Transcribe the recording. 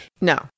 No